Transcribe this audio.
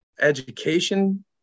education